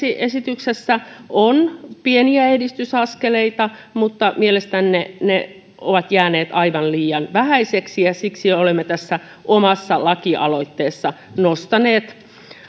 esityksessä on pieniä edistysaskeleita mutta mielestämme ne ovat jääneet aivan liian vähäisiksi ja siksi olemme tässä omassa lakialoitteessamme nostaneet